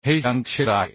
हे शँक क्षेत्र आहे